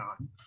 on